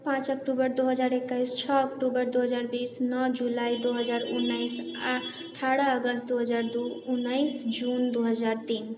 पाँच अक्टूबर दू हजार एकैस छओ अक्टूबर दू हजार बीस नओ जुलाइ दू हजार उन्नैस आ अठारह अगस्त दू हजार दू उन्नैस जून दू हजार तीन